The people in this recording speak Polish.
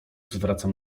zwracam